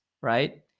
right